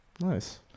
Nice